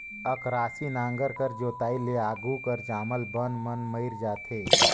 अकरासी नांगर कर जोताई ले आघु कर जामल बन मन मइर जाथे